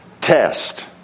test